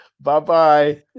Bye-bye